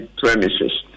premises